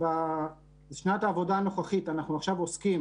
בשנת העבודה הנוכחית אנחנו עוסקים,